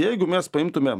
jeigu mes paimtumėm